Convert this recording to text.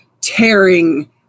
tearing